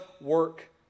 work